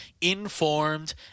informed